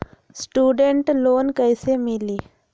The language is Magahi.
स्टूडेंट लोन कैसे मिली?